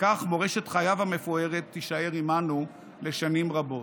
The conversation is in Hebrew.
וכך מורשת חייו המפוארת תישאר עימנו לשנים רבות.